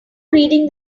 reading